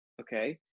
Okay